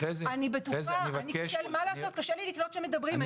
קשה לי לקלוט כשמדברים,